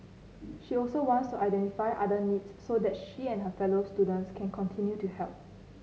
she also wants to identify other needs so that she and her fellow students can continue to help